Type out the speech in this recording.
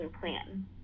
plan